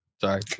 sorry